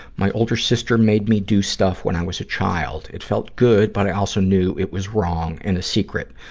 my older sister made me do stuff when i was a child. it felt good, but i also knew it was wrong and a secret.